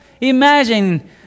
Imagine